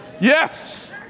Yes